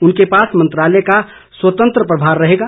उनके पास मंत्रालय का स्वतंत्र प्रभार रहेगा